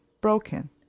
broken